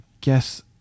guess